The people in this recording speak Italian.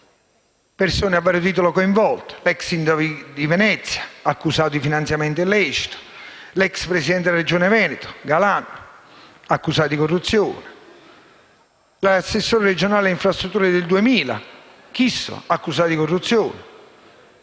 persone a vario titolo coinvolte, come l'ex Sindaco di Venezia, accusato di finanziamento illecito, l'ex presidente della Regione Veneto Galan, accusato di corruzione, l'assessore regionale alle infrastrutture nel 2000 Chisso, accusato di corruzione.